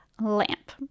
lamp